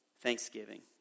Thanksgiving